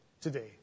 today